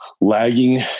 lagging